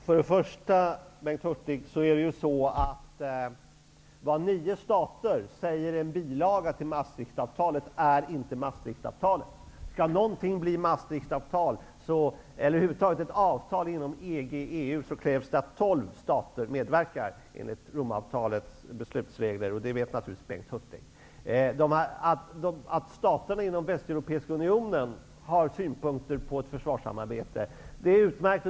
Herr talman! Vad nio stater säger i en bilaga till Maastrichtavtalet. Om något skall ingå i Maastrichtavtalet eller bli ett avtal inom EG/EU krävs att tolv stater medverkar enligt Romavtalets beslutsregler, och det vet naturligtvis Bengt Hurtig. Att staterna i den västeuropeiska unionen har synpunkter på ett försvarssamarbete är utmärkt.